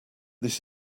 this